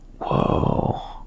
Whoa